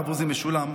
הרב עוזי משולם,